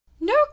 No